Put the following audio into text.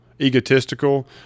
egotistical